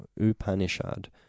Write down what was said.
Upanishad